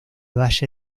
valle